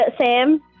Sam